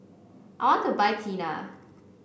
I want to buy Tena